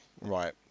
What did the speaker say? Right